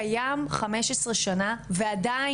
קיים 15 שנה ועדיין,